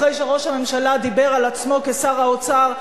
אחרי שראש הממשלה דיבר על עצמו כשר האוצר,